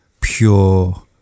pure